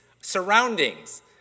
surroundings